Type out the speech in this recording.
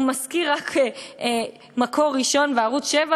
הוא מזכיר רק "מקור ראשון" וערוץ 7,